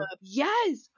yes